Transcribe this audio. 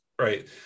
Right